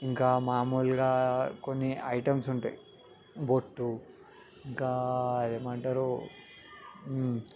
ఇంకా మామూలుగా కొన్ని ఐటమ్స్ ఉంటాయి బొట్టు ఇంకా ఏమంటారు